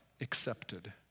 accepted